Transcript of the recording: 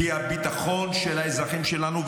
כי הביטחון של האזרחים שלנו,